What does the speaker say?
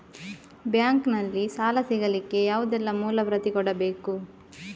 Bank ನಲ್ಲಿ ಸಾಲ ಸಿಗಲಿಕ್ಕೆ ಯಾವುದೆಲ್ಲ ಮೂಲ ಪ್ರತಿ ಕೊಡಬೇಕು?